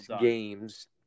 games